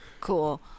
Cool